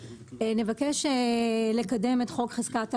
נבקש לקדם את חוק חזקת האמינות,